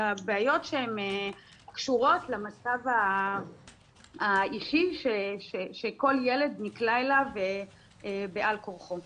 אלא בעיות שהן קשורות למצב האישי שכל ילד נקלע אליו בעל כורחו.